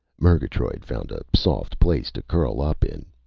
murgatroyd found a soft place to curl up in.